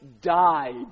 died